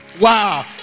Wow